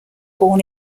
born